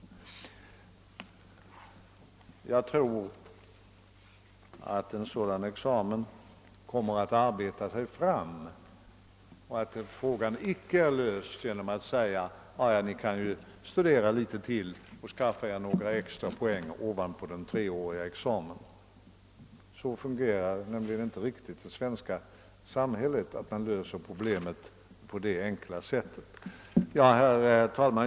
Jag tror att en sådan här examen kommer att arbeta sig fram och att frågan icke är löst genom att man säger: Ni kan ju studera litet till och skaffa er några extra poäng ovanpå den treåriga examen. Så fungerar nämligen inte det svenska samhället, att man löser problemet på det enkla sättet. Herr talman!